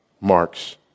Marx